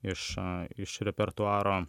iš iš repertuaro